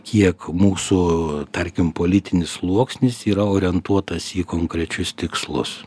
kiek mūsų tarkim politinis sluoksnis yra orientuotas į konkrečius tikslus